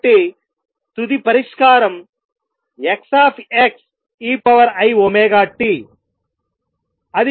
కాబట్టి తుది పరిష్కారం Xeiωt